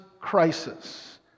crisis